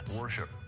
worship